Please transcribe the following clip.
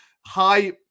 high